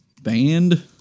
Band